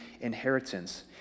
inheritance